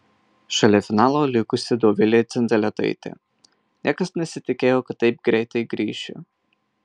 šalia finalo likusi dovilė dzindzaletaitė niekas nesitikėjo kad taip greitai grįšiu